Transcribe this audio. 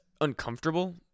uncomfortable